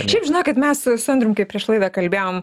šiaip žinokit mes su andriumi kaip prieš laidą kalbėjom